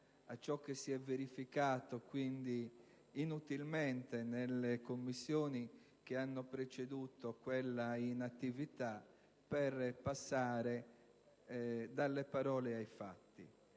a ciò che si è verificato inutilmente nelle Commissioni che hanno preceduto quella in attività, per passare dalle parole ai fatti.